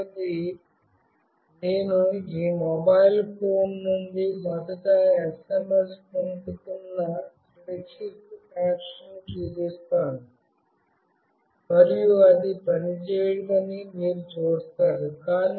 రెండవది నేను ఈ మొబైల్ ఫోన్ నుండి మొదట SMS పంపుతున్న సురక్షిత కనెక్షన్ను చూపిస్తాను మరియు అది పనిచేయదని మీరు చూస్తారు